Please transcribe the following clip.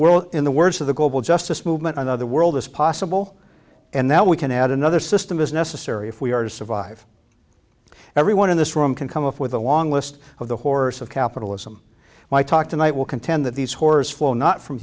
world in the words of the global justice movement another world is possible and now we can add another system is necessary if we are to survive everyone in this room can come up with a long list of the horrors of capitalism my talk tonight will contend that these horrors flow not from